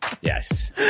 Yes